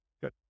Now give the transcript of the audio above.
Good